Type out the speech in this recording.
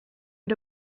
but